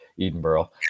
Edinburgh